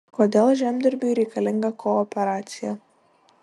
kodėl žemdirbiui reikalinga kooperacija